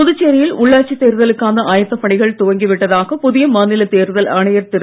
புதுச்சேரியில் உள்ளாட்சித் தேர்தலுக்கான ஆயத்த பணிகள் துவங்கி விட்டதாக புதிய மாநில தேர்தல் ஆணையர் திரு